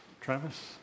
Travis